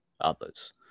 others